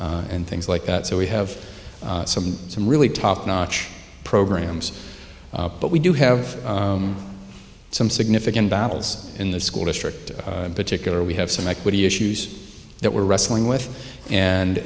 dance and things like that so we have some some really top notch programs but we do have some significant battles in the school district particular we have some equity issues that we're wrestling with and